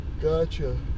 Gotcha